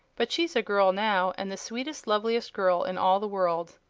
but she's a girl now, and the sweetest, loveliest girl in all the world.